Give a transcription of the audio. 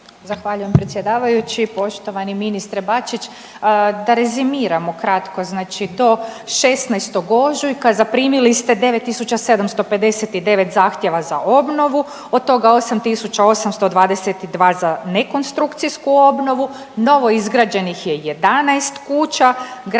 Zahvaljujem predsjedavajući. Poštovani ministre Bačić. Da rezimiramo kratko znači do 16. ožujka zaprimili ste 9.759 zahtjeva za obnovu od toga 8.822 za ne konstrukcijsku obnovu, novoizgrađenih je 11 kuća,